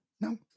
No